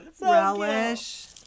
Relish